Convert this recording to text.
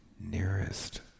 nearest